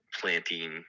planting